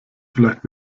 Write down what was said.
vielleicht